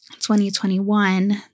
2021